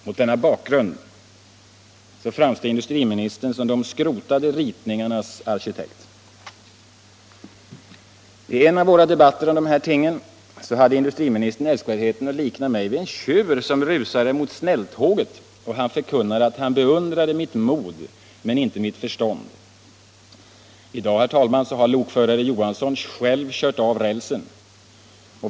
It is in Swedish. Mot denna bakgrund framstår industriministern som de skrotade ritningarnas arkitekt. I en av våra debatter om dessa ting hade industriministern älskvärd heten att likna mig vid en tjur som rusade mot snälltåget, och han förkunnade att han beundrade mitt mod men inte mitt förstånd. I dag, herr talman, har lokförare Johansson själv kört av rälsen.